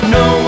no